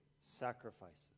sacrifices